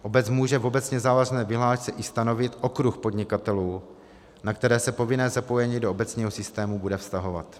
Obec může v obecně závazné vyhlášce i stanovit okruh podnikatelů, na které se povinné zapojení do obecního systému bude vztahovat.